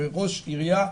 כראש עירייה,